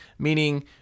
Meaning